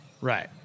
Right